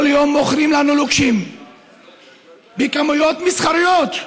כל יום מוכרים לנו לוקשים בכמויות מסחריות: